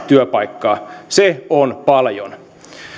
työpaikkaa se on paljon